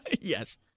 yes